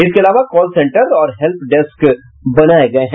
इसके अलावा call center और हेल्प डेस्क बनाये गये हैं